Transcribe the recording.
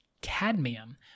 cadmium